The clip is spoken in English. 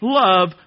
love